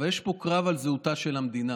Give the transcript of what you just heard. יש פה קרב על זהותה של המדינה.